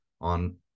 on